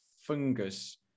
fungus